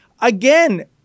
again